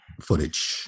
footage